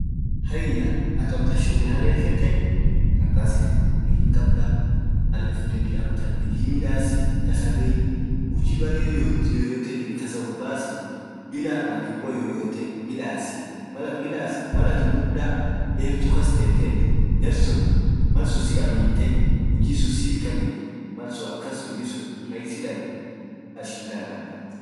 hayaa amtaan shulee ha lefetee kartasi tee hinkabdaa.ralee fudedi amtaan bidii midasii kasaa beiujii baree yeyotee jirt kasaa uff bassi, billa malipo yoyote muda dertu kass tetee jarsuun malsun siamintee jarsun hujii sitkanitii, malsun akas ujii rahisii dargeta.